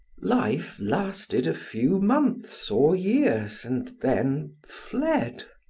life lasted a few months or years, and then fled!